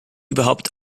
überhaupt